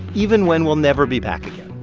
even when we'll never be back again.